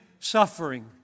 Suffering